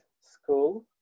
school